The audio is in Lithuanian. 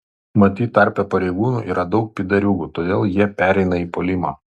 matyt tarpe pareigūnų yra daug pydariūgų todėl jie pereina į puolimą